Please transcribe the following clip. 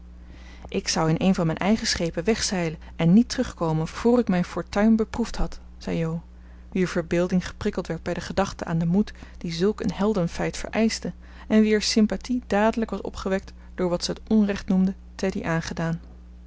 ik zou in een van mijn eigen schepen wegzeilen en niet terugkomen voor ik mijn fortuin beproefd had zei jo wier verbeelding geprikkeld werd bij de gedachte aan den moed die zulk een heldenfeit vereischte en wier sympathie dadelijk was opgewekt door wat ze het onrecht noemde teddy aangedaan